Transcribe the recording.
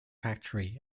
factory